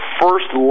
first